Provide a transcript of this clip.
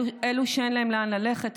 אלו שאין להם לאן ללכת,